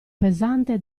pesante